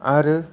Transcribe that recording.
आरो